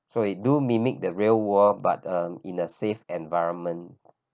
so it do mimic the real world but uh in a safe environment